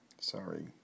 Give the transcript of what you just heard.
sorry